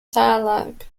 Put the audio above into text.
tarlac